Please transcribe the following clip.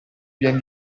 ben